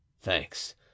thanks